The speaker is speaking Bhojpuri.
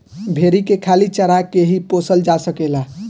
भेरी के खाली चारा के ही पोसल जा सकेला